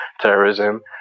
terrorism